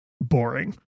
boring